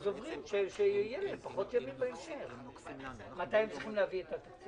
אז עכשיו אתם מקצצים גם את המסגרת